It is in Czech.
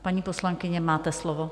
Paní poslankyně, máte slovo.